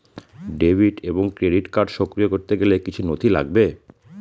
Debit এবং credit card সক্রিয় করতে গেলে কিছু নথি লাগবে?